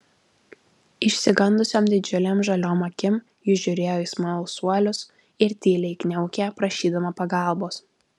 išsigandusiom didžiulėm žaliom akim ji žiūrėjo į smalsuolius ir tyliai kniaukė prašydama pagalbos